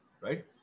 Right